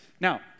Now